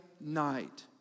night